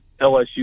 LSU